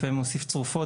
לפעמים מוסיף צרופות,